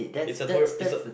it's a tour~ it's a